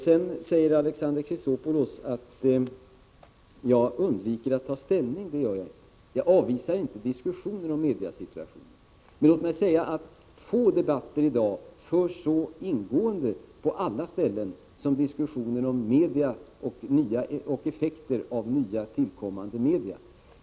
Sedan säger Alexander Chrisopoulos att jag undviker att ta ställning. Det gör jag inte. Jag avvisar inte diskussionen om mediasituationen. Men låt mig säga att få debatter i dag förs så ingående på alla ställen som diskussionen om media och effekter av nytillkommande media.